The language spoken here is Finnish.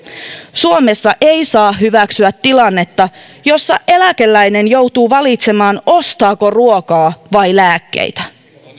suomessa ei saa hyväksyä tilannetta jossa eläkeläinen joutuu valitsemaan ostaako ruokaa vai lääkkeitä